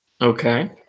okay